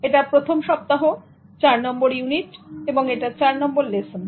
এটা প্রথম সপ্তাহ 4 নম্বর ইউনিট এবং এটা 4 নম্বর লেসন